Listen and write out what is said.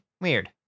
Weird